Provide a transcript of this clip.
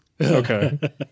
Okay